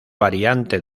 variante